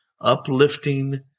uplifting